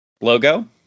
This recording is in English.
logo